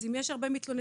אז אם יש הרבה מתלוננים,